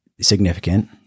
significant